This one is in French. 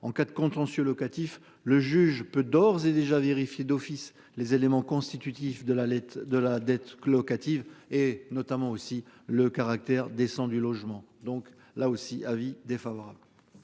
en cas de contentieux locatif, le juge peut d'ores et déjà vérifier d'office les éléments constitutifs de la lettre de la dette locative et notamment aussi le caractère descend du logement. Donc là aussi, avis défavorable.